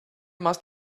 must